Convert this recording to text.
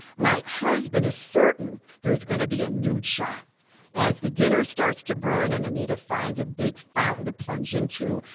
my husband is certain there's going to be a nude shot as the dinner starts to burn and anita finds a big fountain to plunge into,